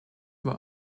were